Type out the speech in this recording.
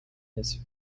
his